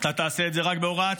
אתה תעשה את זה רק בהוראת שעה.